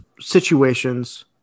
situations